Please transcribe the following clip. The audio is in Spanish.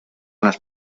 las